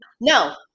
No